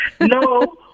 no